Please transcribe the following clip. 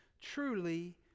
truly